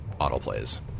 autoplays